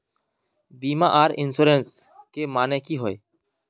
बीमा आर इंश्योरेंस के माने की होय?